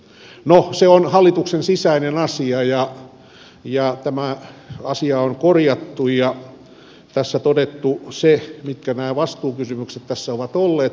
no se on hallituksen sisäinen asia ja tämä asia on korjattu ja tässä todettu se mitkä nämä vastuukysymykset tässä ovat olleet valmistelun osalta